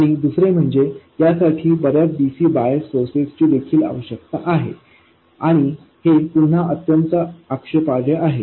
आणि दुसरे म्हणजे यासाठी बऱ्याच dc बायस सोर्सची देखील आवश्यकता आहे आणि हे पुन्हा अत्यंत अक्षेपार्ह आहे